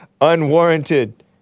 unwarranted